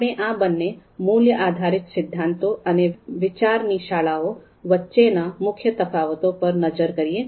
આપણે આ બંને મૂલ્ય આધારિત સિદ્ધાંતો અને વિચારની શાખાઓ વચ્ચેના મુખ્ય તફાવતો પર નઝર કરીએ